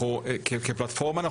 כפלטפורמה,